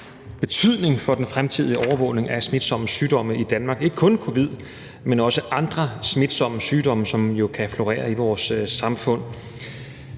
betydning for den fremtidige overvågning af smitsomme sygdomme i Danmark, ikke kun covid-19, men også andre smitsomme sygdomme, som kan florere i vores samfund.